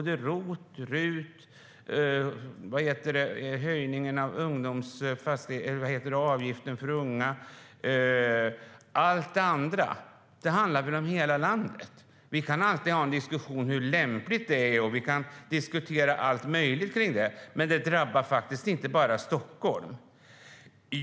Det gäller sådant som ROT, RUT och arbetsgivaravgiften för unga. Vi kan alltid ha en diskussion om hur lämpligt detta är och dryfta allt möjligt kring det, men det drabbar faktiskt inte bara Stockholm.